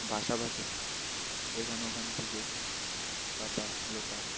বাসা বাঁধে এখানে ওখান থেকে পাতা লতা